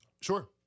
Sure